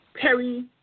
Perry